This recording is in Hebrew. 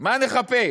מה נחפש,